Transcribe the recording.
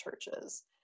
churches